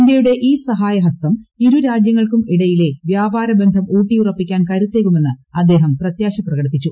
ഇന്ത്യയുടെ ഈ സഹായഹസ്തം ഇരുരാജ്യങ്ങൾക്കുമിടയിലെ വ്യാപാര ബന്ധം ഊട്ടിയുറപ്പിക്കാൻ കരുത്തേകുമെന്ന് അദ്ദേഹം പ്രത്യാശ പ്രകടിപ്പിച്ചു